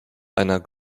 einer